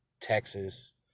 Texas